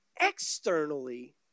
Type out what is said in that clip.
externally